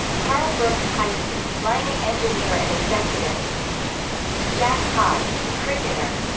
karl brooks heisey, mining engineer and executive jack hobbs, cricketer